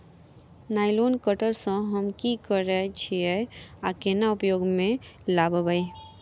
Nylon cutter सँ हम की करै छीयै आ केना उपयोग म लाबबै?